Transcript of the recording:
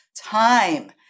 time